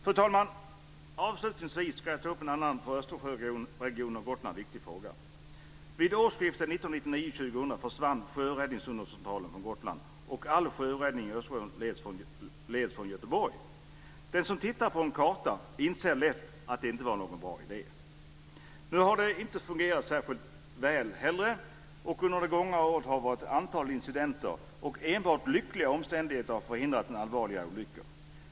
Fru talman! Avslutningsvis ska jag ta upp en annan för Östersjöregionen och Gotland viktig fråga. Vid årsskiftet 1999/2000 försvann sjöräddningsundercentralen från Gotland, och all sjöräddning i Östersjöområdet leds numera från Göteborg. Den som tittar på en karta inser lätt att det inte var någon bra idé. Nu har det inte fungerat särskilt väl heller. Under det gångna året har det varit ett antal incidenter, och enbart lyckliga omständigheter har förhindrat allvarliga olyckor.